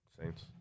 Saints